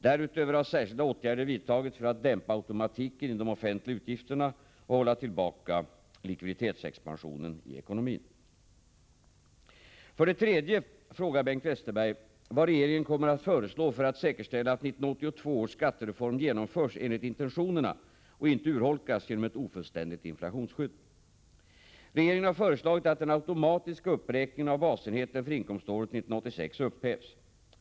Därutöver har särskilda åtgärder vidtagits för att dämpa automatiken i de offentliga utgifterna och hålla tillbaka likviditetsexpansionen i ekonomin. För det tredje frågar Bengt Westerberg vad regeringen kommer att föreslå för att säkerställa att 1982 års skattereform genomförs enligt intentionerna och inte urholkas genom ett ofullständigt inflationsskydd. Regeringen har föreslagit att den automatiska uppräkningen av basenheten för inkomståret 1986 upphävs.